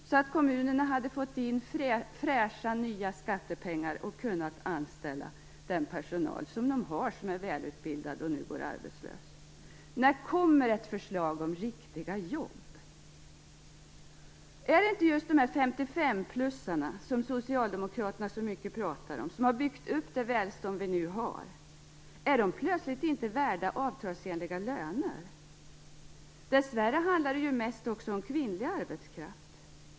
Då hade kommunerna fått in nya, fräscha skattepengar och kunnat anställa den välutbildade personal som nu går arbetslös. När kommer ett förslag om riktiga jobb? Är det inte just dessa 55-plussare, som socialdemokraterna pratar så mycket om, som har byggt upp det välstånd vi nu har? Är de plötstligt inte värda avtalsenliga löner? Dessvärre handlar det också mest om kvinnlig arbetskraft.